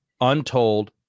untold